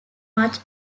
much